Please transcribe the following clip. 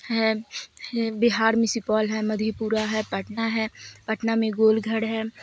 ہے ہے بہار میں سپول ہے مدھی پوڑہ ہے پٹنہ ہے پٹنہ میں گول گھر ہے